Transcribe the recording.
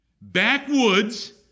backwoods